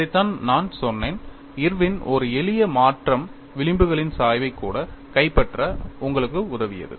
இதைத்தான் நான் சொன்னேன் இர்வின் ஒரு எளிய மாற்றம் விளிம்புகளின் சாய்வைக் கூட கைப்பற்ற உங்களுக்கு உதவியது